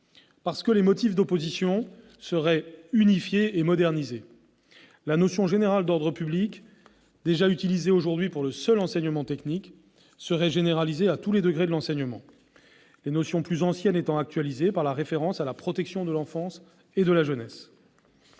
puisque les motifs d'opposition seraient unifiés et modernisés. La notion générale d'ordre public, déjà utilisée aujourd'hui pour le seul enseignement technique, serait généralisée à tous les degrés de l'enseignement, les notions plus anciennes étant actualisées par la référence à la protection de l'enfance et de la jeunesse.